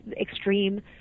extreme